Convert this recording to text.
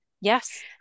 Yes